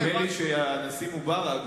נדמה לי שהנשיא מובארק,